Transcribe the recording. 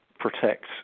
protect